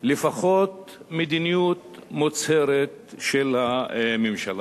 לפחות מדיניות מוצהרת של הממשלה.